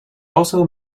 also